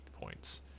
points